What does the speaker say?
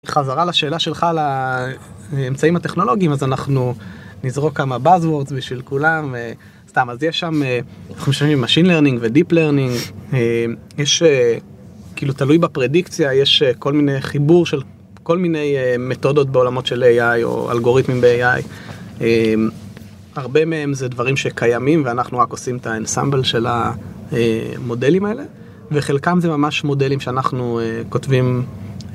חזרה לשאלה שלך על האמצעים הטכנולוגיים, אז אנחנו נזרוק כמה Buzzwords בשביל כולם, סתם, אז יש שם, אנחנו משלבים עם Machine Learning ו-Deep Learning, יש, כאילו, תלוי בפרדיקציה, יש כל מיני חיבור של כל מיני מתודות בעולמות של AI או אלגוריתמים ב-AI, הרבה מהם זה דברים שקיימים ואנחנו רק עושים את ה-ensemble של המודלים האלה וחלקם זה ממש מודלים שאנחנו כותבים,